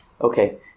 Okay